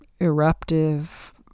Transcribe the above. eruptive